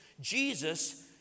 Jesus